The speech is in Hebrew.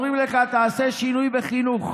אומרים לך: תעשה שינוי בחינוך.